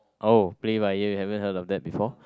oh play by ear you haven't heard of that before